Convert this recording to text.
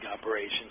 operations